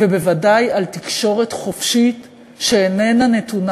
ובוודאי על תקשורת חופשית שאיננה נתונה